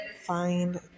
find